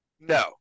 No